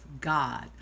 God